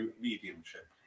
mediumship